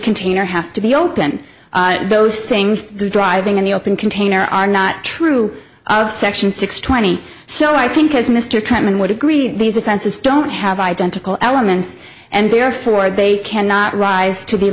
container has to be open those things driving in the open container are not true of section six twenty so i think as mr tremont would agree these offenses don't have identical elements and therefore they cannot rise to the